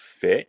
fit